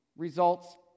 results